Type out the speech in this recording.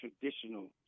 traditional